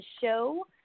show